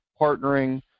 partnering